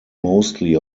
mostly